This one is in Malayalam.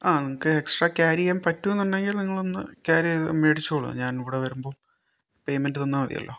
ആ നിങ്ങൾക്ക് എക്സ്ട്രാ ക്യാരി ചെയ്യാൻ പറ്റും എന്നുണ്ടെങ്കിൽ നിങ്ങളൊന്ന് ക്യാരി ചെയ്ത് മേടിച്ചോളൂ ഞാൻ ഇവിടെ വരുമ്പോൾ പേയ്മെന്റ് തന്നാൽ മതിയല്ലോ